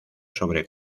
sobre